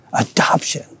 Adoption